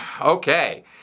okay